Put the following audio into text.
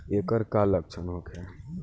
ऐकर का लक्षण होखे?